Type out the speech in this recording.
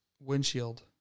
Windshield